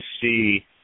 see